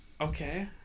Okay